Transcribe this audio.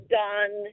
done